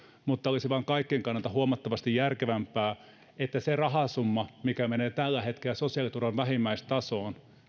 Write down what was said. mutta olisi vain kaikkien kannalta huomattavasti järkevämpää että se sama rahasumma mikä menee tällä hetkellä sosiaaliturvan vähimmäistasoon